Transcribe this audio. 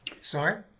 Sorry